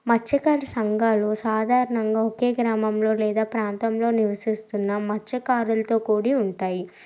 మత్స్యకారుల సంఘాలు సాధారణంగా ఒకే గ్రామంలో లేదా ప్రాంతంలో నివసిస్తున్న మత్స్యకారులతో కూడి ఉంటాయి